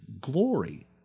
glory